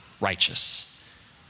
righteous